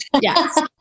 Yes